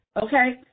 Okay